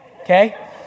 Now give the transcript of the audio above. okay